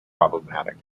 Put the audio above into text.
problematic